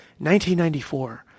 1994